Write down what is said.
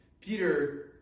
Peter